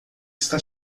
está